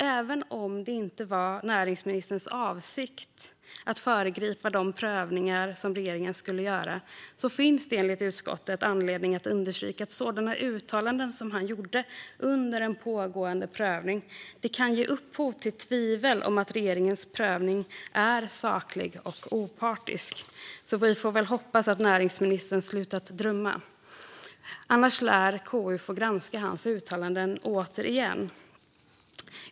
Även om det inte var näringsministerns avsikt att föregripa de prövningar som regeringen skulle göra finns det enligt utskottet anledning att understryka att sådana uttalanden som han gjorde under en pågående prövning kan ge upphov till tvivel om regeringens prövning är saklig och opartisk. Vi får väl hoppas att näringsministern har slutat att drömma, annars lär KU få granska hans uttalanden återigen.